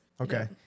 Okay